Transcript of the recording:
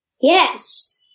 Yes